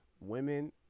women